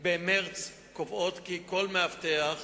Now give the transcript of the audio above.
קובעות כי כל מאבטח